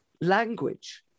language